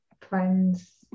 Friends